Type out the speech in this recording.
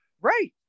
Right